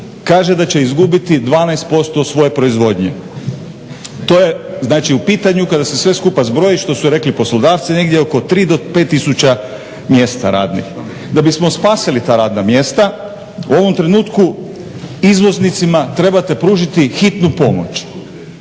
kaže da će izgubiti 12% svoje proizvodnje. To je znači u pitanju kada se sve skupa zbroji, što su i rekli poslodavci, negdje oko 3 do 5 tisuća mjesta radnih. Da bismo spasili ta radna mjesta u ovom trenutku izvoznicima trebate pružiti hitnu pomoć.